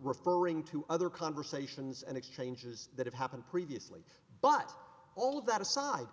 referring to other conversations and exchanges that have happened previously but all of that aside